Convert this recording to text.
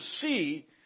see